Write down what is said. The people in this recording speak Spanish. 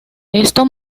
esto